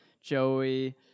Joey